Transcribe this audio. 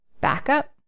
backup